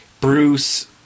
Bruce